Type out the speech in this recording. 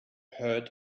heard